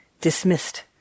dismissed